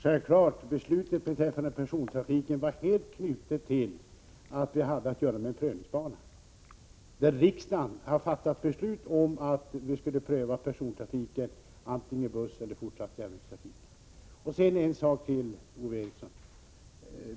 Herr talman! Beslutet beträffande persontrafiken var självfallet helt knutet till att vi hade att göra med en prövningsbana, där riksdagen har fattat beslut om att det skall undersökas om trafiken skall ske med buss eller även i fortsättningen på järnväg.